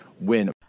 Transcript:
win